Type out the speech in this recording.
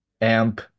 Amp